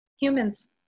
humans